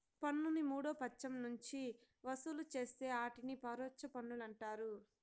పన్నుని మూడో పచ్చం నుంచి వసూలు చేస్తే ఆటిని పరోచ్ఛ పన్నులంటారు